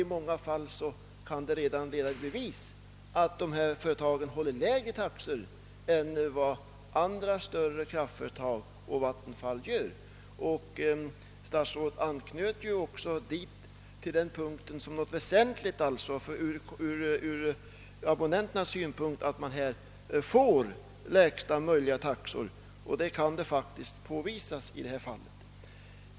I många fall kan det bevisas att dessa företag har lägre taxor än andra större kraftföretag och Vattenfall. Statsrådet framhöll ju också att det från abonnenternas synpunkt är väsentligt med lägsta möjliga taxor. Jag delar helt den synpunkten.